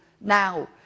now